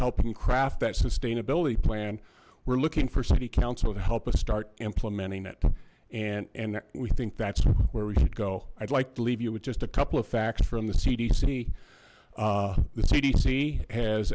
him craft that sustainability plan we're looking for city council to help us start implementing it and and we think that's where we should go i'd like to leave you with just a couple of facts from the cdc the cdc has